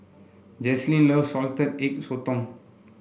Jaclyn loves Salted Egg Sotong